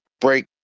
break